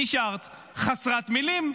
נשארת חסרת מילים,